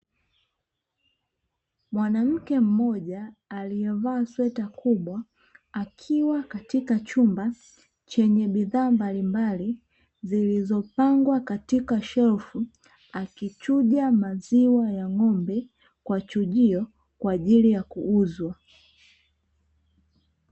Mwanamke mmoja aliyevaa sweta kubwa, akiwa katika chumba chenye bidhaa mbalimbali, zilizopangwa katika shefu, akichuja maziwa ya ng'ombe kwa chujio kwaajili ya kuuzwa.